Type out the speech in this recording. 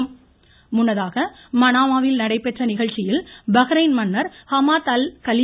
பிரதமர் விருது முன்னதாக மனாமாவில் நடைபெற்ற நிகழ்ச்சியில் பஹ்ரைன் மன்னர் ஹமாத் அல் கலி